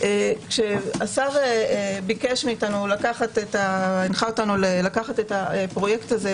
כשהשר הנחה אותנו לקחת את הפרויקט הזה,